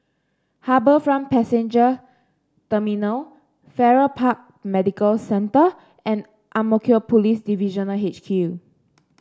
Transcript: HarbourFront Passenger Terminal Farrer Park Medical Centre and Ang Mo Kio Police Divisional H Q